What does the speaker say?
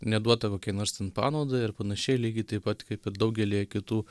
neduota kokį nors ten panaudai ir panašiai lygiai taip pat kaip ir daugelyje kitų